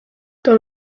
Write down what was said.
dans